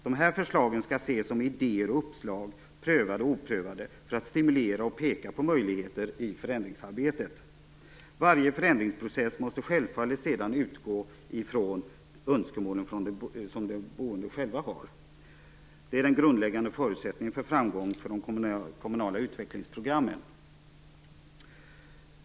De här förslagen skall ses som idéer och uppslag, prövade och oprövade, för att stimulera och peka på möjligheter i förändringsarbetet. Varje förändringsprocess måste självfallet sedan utgå från de önskemål som de boende själva har. Det är den grundläggande förutsättningen för framgång för de kommunala utvecklingsprogrammen. 4.